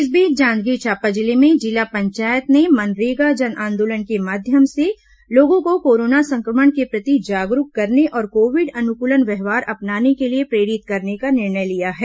इस बीच जांजगीर चांपा जिले में जिला पंचायत ने मनरेगा जनआंदोलन के माध्यम से लोगों को कोरोना संक्रमण के प्रति जागरूक करने और कोविड अनुकूल व्यवहार अपनाने के लिए प्रेरित करने का निर्णय लिया है